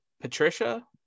Patricia